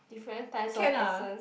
different types of accent